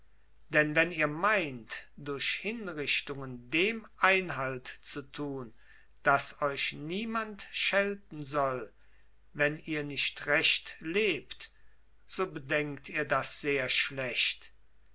denn wenn ihr meint durch hinrichtungen dem einhalt zu tun daß euch niemand schelten soll wenn ihr nicht recht lebt so bedenkt ihr das sehr schlecht